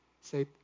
Say